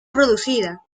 producida